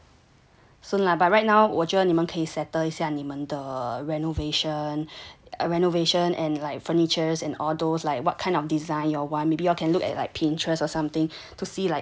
soon lah but right now 我得你们可以 settle 一下你们的 renovation renovation and like furnitures and all those like what kind of design you all want maybe you all can look at like Pinterest or something to see like